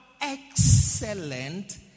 excellent